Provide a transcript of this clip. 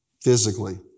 Physically